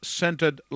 centered